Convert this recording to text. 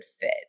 fit